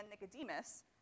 Nicodemus